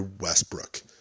Westbrook